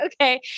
okay